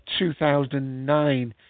2009